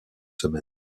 semaines